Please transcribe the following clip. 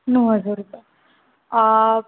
नऊ हजार रुपये